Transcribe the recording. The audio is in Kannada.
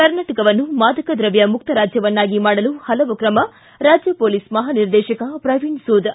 ಕರ್ನಾಟವನ್ನು ಮಾದಕ ದ್ರವ್ಯ ಮುಕ್ತ ರಾಜ್ಯವನ್ನಾಗಿ ಮಾಡಲು ಪಲವು ಕ್ರಮ ರಾಜ್ಯ ಪೊಲೀಸ್ ಮಹಾ ನಿರ್ದೇಶಕ ಪ್ರವೀಣ್ ಸೂದ್